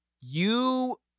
you-